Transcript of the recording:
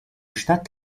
stadt